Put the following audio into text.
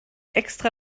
extra